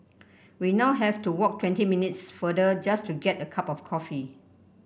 we now have to walk twenty minutes farther just to get a cup of coffee